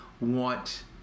want